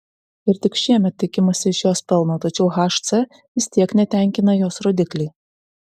ir tik šiemet tikimasi iš jos pelno tačiau hc vis tiek netenkina jos rodikliai